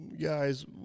guys